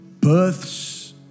births